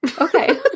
Okay